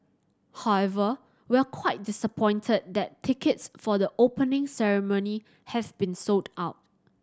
however we're quite disappointed that tickets for the Opening Ceremony have been sold out